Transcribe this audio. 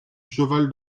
cheval